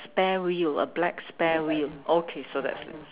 spare wheel a black spare wheel okay so that's